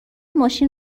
ماشین